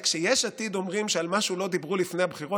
שכשיש עתיד אומרים שעל משהו לא דיברו לפני הבחירות,